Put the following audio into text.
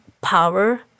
power